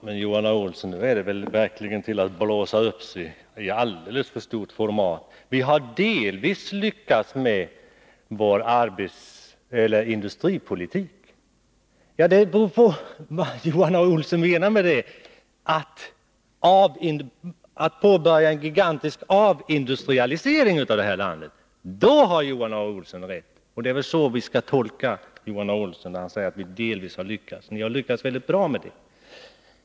Herr talman! Nu är det väl till att blåsa upp sig till alldeles för stort format, Johan A. Olsson. Vi har delvis lyckats med vår industripolitik, säger han. Ja, det beror vad man menar med det. Om han avser att påbörja en gigantisk avindustrialisering av landet, då har Johan A. Olsson rätt. Och det är väl så vi skall tolka Johan A. Olsson när han säger att man delvis har lyckats. Ni har lyckats bra med detta.